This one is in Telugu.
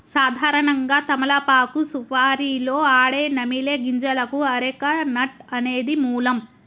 సాధారణంగా తమలపాకు సుపారీలో ఆడే నమిలే గింజలకు అరెక నట్ అనేది మూలం